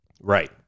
Right